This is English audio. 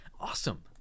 awesome